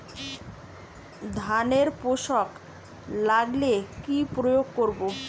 ধানের শোষক লাগলে কি প্রয়োগ করব?